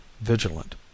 vigilant